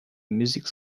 music